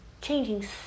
changing